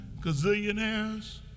gazillionaires